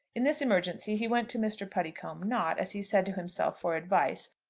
in this emergency he went to mr. puddicombe, not, as he said to himself, for advice,